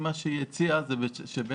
נילי אבן-חן הציעה שנרחיב,